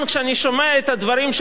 אני שואל אותי מה הם היו אומרים,